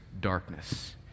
darkness